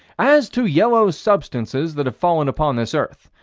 as to yellow substances that have fallen upon this earth,